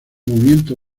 movimiento